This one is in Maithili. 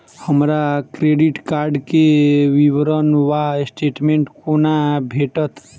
हमरा क्रेडिट कार्ड केँ विवरण वा स्टेटमेंट कोना भेटत?